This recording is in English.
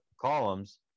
columns